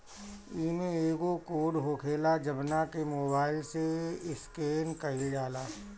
इमें एगो कोड होखेला जवना के मोबाईल से स्केन कईल जाला